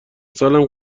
سالم